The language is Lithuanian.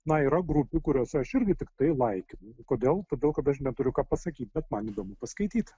na yra grupių kuriose aš irgi tiktai laikinu kodėl todėl kad aš neturiu ką pasakyti bet man įdomu paskaityt